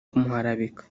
kumuharabika